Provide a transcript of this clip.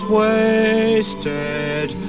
wasted